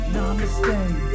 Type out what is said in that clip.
Namaste